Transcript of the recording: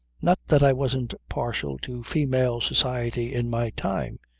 not that i wasn't partial to female society in my time,